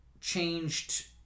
changed